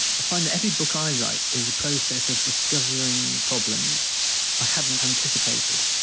i find that every book i write, is a process of discovering problems i hadn't anticipated,